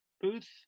booth